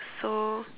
so